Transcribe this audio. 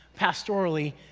pastorally